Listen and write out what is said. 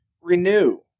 renew